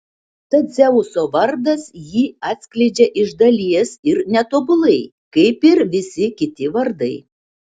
tad dzeuso vardas jį atskleidžia iš dalies ir netobulai kaip ir visi kiti vardai